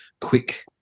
quick